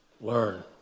Learn